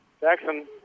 Jackson